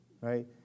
Right